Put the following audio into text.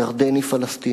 ירדן היא פלסטין,